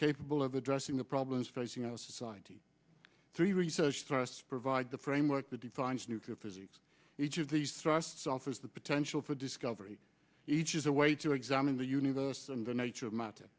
capable of addressing the problems facing our society through research trust provide the framework that defines nuclear physics each of these thrusts offers the potential for discovery each is a way to examine the universe and the nature of mat